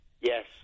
Yes